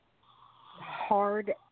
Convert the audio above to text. hard